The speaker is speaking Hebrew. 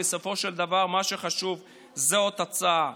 בסופו של דבר מה שחשוב זה התוצאה.